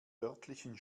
örtlichen